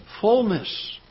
fullness